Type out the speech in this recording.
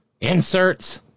inserts